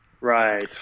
Right